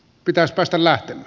pitäisi päästä lähtemään